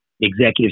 executive